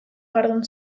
jardun